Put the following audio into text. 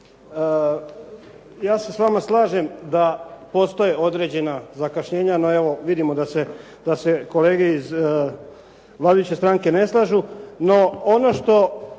ja se s vama slažem da postoje određena zakašnjenja, no evo, vidimo da se kolege iz vladajuće stranke ne slažu, no ono što